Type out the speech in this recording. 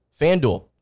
FanDuel